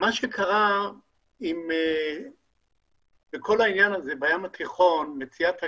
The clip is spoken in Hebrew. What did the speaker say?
מה שקרה בכל העניין בים התיכון, מציאת הגז,